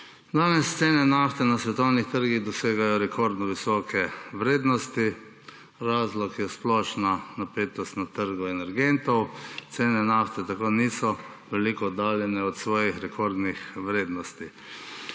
Danes cene nafte na svetovnih trgih dosegajo rekordno visoke vrednosti. Razlog je splošna napetost na trgu energentov. Cene nafte tako niso veliko oddaljene od svojih rekordnih vrednosti.